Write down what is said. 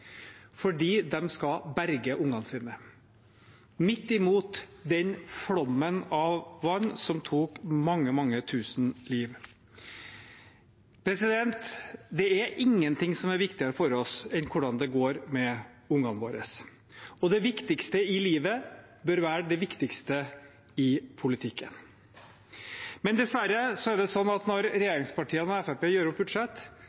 fordi de skal berge ungene sine – midt imot den flommen av vann som tok mange, mange tusen liv. Det er ingen ting som er viktigere for oss enn hvordan det går med ungene våre. Det viktigste i livet bør være det viktigste i politikken. Men dessverre er det sånn at når regjeringspartiene og Fremskrittspartiet gjør opp budsjett,